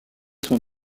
sont